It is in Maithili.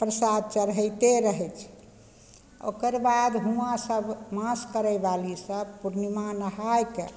प्रसाद चढ़िते रहय छै ओकरबाद हुँवा सब मास करयवाली सब पूर्णिमा नहायके